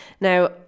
Now